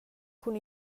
cun